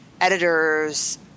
editors